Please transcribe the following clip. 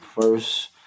first